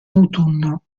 autunno